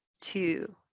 two